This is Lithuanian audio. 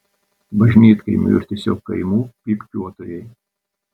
bažnytkaimių ir tiesiog kaimų pypkiuotojai